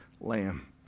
lamb